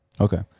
Okay